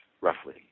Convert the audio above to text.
roughly